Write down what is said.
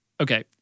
Okay